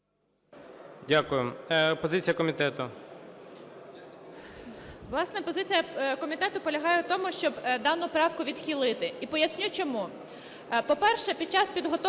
Дякую. Позиція комітету.